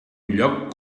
lloc